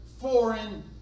foreign